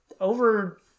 over